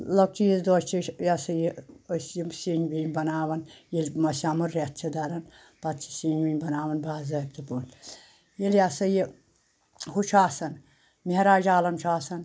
لۅکچہِ عیٖذ دۄہ چھِ أسۍ یا سا یہِ أسۍ یِم سِنۍ وِنۍ بناوان ییٚلہِ ماہِ صیامُن ریٚتھ چھِ دَران پتہٕ چھِ سِنۍ وِنۍ بناوان باضٲبطہٕ پٲٹھۍ ییٚلہِ یہِ ہسا یہِ ہُہ چھُ آسان مہراج عالم چھُ آسان